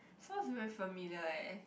sounds very familiar eh